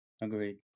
Agreed